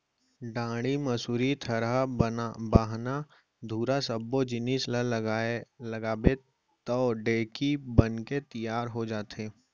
डांड़ी, मुसरी, थरा, बाहना, धुरा सब्बो जिनिस ल लगाबे तौ ढेंकी बनके तियार हो जाथे